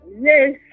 Yes